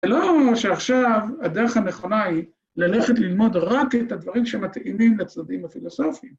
אלא שעכשיו הדרך הנכונה היא ללכת ללמוד רק את הדברים שמתאימים לצדדים הפילוסופיים.